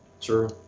true